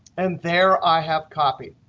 and there i have copy.